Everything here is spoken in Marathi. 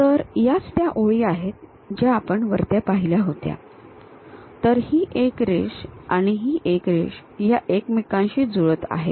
तर याच त्या ओळी आहेत ज्या आपण वरती पाहिल्या होत्या तर ही एक रेष आणि ही एक रेष या एकमेकांशी जुळत आहेत